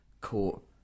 caught